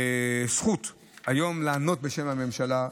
זכות לענות היום בשם הממשלה.